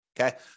Okay